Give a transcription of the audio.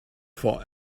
for